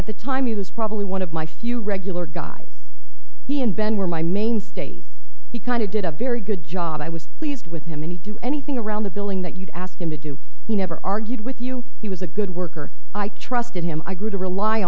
at the time of this probably one of my few regular guys he and ben were my mainstay he kind of did a very good job i was pleased with him and he do anything around the billing that you'd ask him to do he never argued with you he was a good worker i trusted him i grew to rely